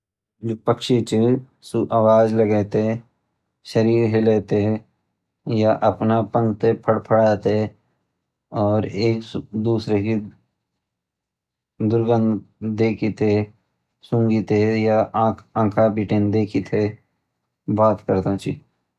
पक्षी छ आवाज़ लेगे ते शरीर हिले ते या अपने पंख ते फड़फड़ा ते और एक दूसरे की दुर्गन सूंघते या आँख बिटिनी देखि ते बात करदा